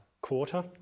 quarter